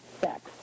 sex